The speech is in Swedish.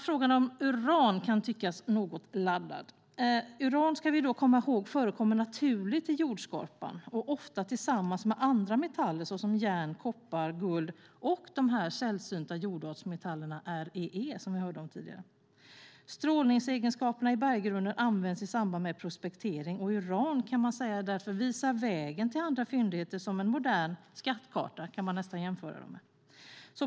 Frågan om uran kan tyckas något laddad. Vi ska komma ihåg att uran förekommer naturligt i jordskorpan och ofta tillsammans med andra metaller såsom järn, koppar, guld och de sällsynta jordartsmetallerna, REE. Strålningsegenskaperna i berggrunden används i samband med prospektering. Uran kan sägas visa vägen till andra fyndigheter, nästan som en modern skattkarta.